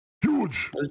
Huge